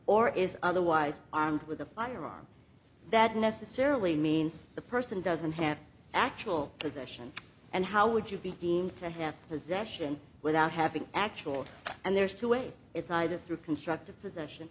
or is otherwise armed with a firearm that necessarily means the person doesn't have actual possession and how would you be deemed to have possession without having actual and there's two ways it's either through construct